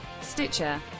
Stitcher